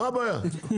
מה הבעיה?